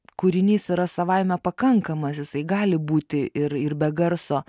kūrinys yra savaime pakankamas jisai gali būti ir ir be garso